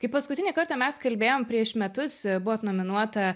kai paskutinį kartą mes kalbėjom prieš metus buvot nominuota